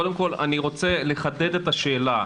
קודם כל אני רוצה לחדד את השאלה,